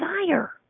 desire